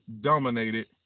dominated